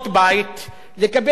ולקבל תחבורה ציבורית מסובסדת,